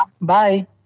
Bye